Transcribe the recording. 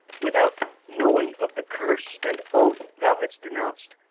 without knowing of the curse and oath thou hadst denounced,